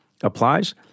applies